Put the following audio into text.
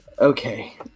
okay